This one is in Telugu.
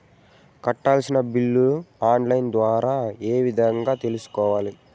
కట్టాల్సిన బిల్లులు ఆన్ లైను ద్వారా ఏ విధంగా తెలుసుకోవాలి?